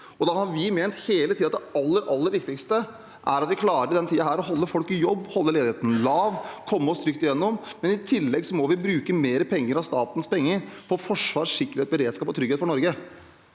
Da har vi ment hele tiden at det aller viktigste er at vi i denne tiden klarer å holde folk i jobb, holde ledigheten lav og komme oss trygt igjennom. Men i tillegg må vi bruke mer av statens penger på forsvar, sikkerhet, beredskap og trygghet for Norge.